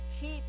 Keep